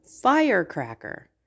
firecracker